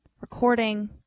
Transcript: recording